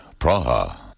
Praha